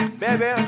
baby